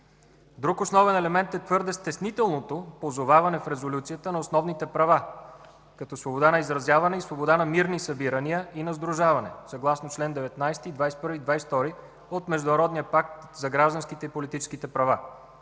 Друг основен елемент е твърде стеснителното позоваване в Резолюцията на основните права, като свобода на изразяване и свобода на мирни събирания и на сдружаване съгласно чл. 19, 21 и 22 от Международния пакт за гражданските и политическите права.